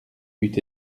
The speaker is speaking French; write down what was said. eût